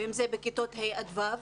ואם זה בכיתות ה' עד ו'?